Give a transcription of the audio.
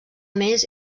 més